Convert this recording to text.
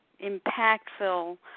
impactful